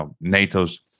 NATO's